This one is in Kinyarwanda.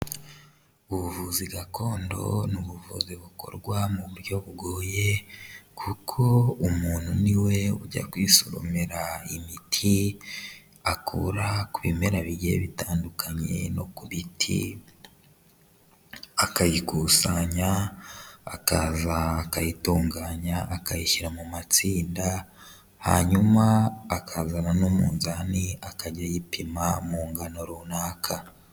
Ubuvuzi gakondo n'ubuvuzi bukorwa mu buryo bugoye kuko umuntu ni we ujya kwisoromera imiti akura ku bimera bijye bitandukanye no ku biti, akayikusanya akaza akayitunganya akayishyira mu matsinda, hanyuma akazana n'umunzani akajya ayipima mu ngano runaka.